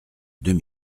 deux